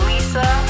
Lisa